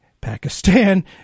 Pakistan